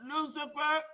Lucifer